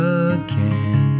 again